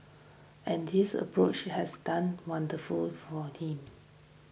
and this approach has done wonderful for him